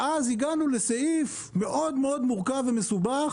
ואז הגענו לסעיף מאוד מאוד מורכב ומסובך